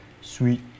Sweet